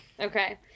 Okay